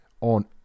on